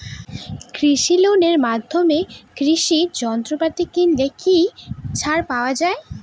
কৃষি লোনের মাধ্যমে কৃষি যন্ত্রপাতি কিনলে কি ছাড় পাওয়া যায়?